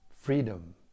freedom